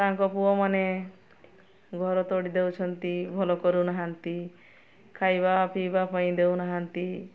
ତାଙ୍କ ପୁଅମାନେ ଘର ତଡ଼ି ଦେଉଛନ୍ତି ଭଲ କରୁନାହାନ୍ତି ଖାଇବା ପିଇବା ପାଇଁ ଦେଉନାହାନ୍ତି